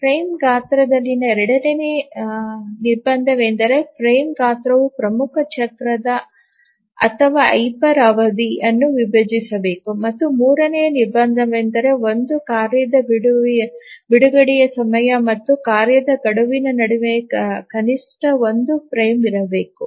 frame ಗಾತ್ರದಲ್ಲಿನ ಎರಡನೆಯ ನಿರ್ಬಂಧವೆಂದರೆ ಫ್ರೇಮ್ ಗಾತ್ರವು ಪ್ರಮುಖ ಚಕ್ರ ಅಥವಾ ಹೈಪರ್ ಅವಧಿಯನ್ನು ವಿಭಜಿಸಬೇಕು ಮತ್ತು ಮೂರನೆಯ ನಿರ್ಬಂಧವೆಂದರೆ ಒಂದು ಕಾರ್ಯದ ಬಿಡುಗಡೆಯ ಸಮಯ ಮತ್ತು ಕಾರ್ಯದ ಗಡುವಿನ ನಡುವೆ ಕನಿಷ್ಠ ಒಂದು ಫ್ರೇಮ್ ಇರಬೇಕು